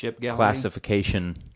classification